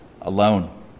alone